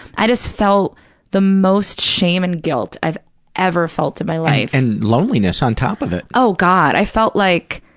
i just felt the most shame and guilt i've ever felt in my life. and loneliness on top of it. oh, god. i felt like,